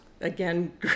again